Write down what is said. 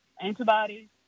antibodies